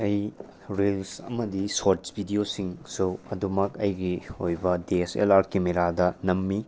ꯑꯩ ꯔꯤꯜꯁ ꯑꯃꯗꯤ ꯁꯣꯔꯠꯁ ꯚꯤꯗꯤꯌꯣꯁꯤꯡꯁꯨ ꯑꯗꯨꯃꯛ ꯑꯩꯒꯤ ꯑꯣꯏꯕ ꯗꯤ ꯑꯦꯁ ꯑꯦꯜ ꯑꯥꯔ ꯀꯦꯃꯦꯔꯥꯗ ꯅꯝꯃꯤ